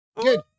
Good